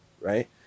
right